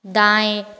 दाएँ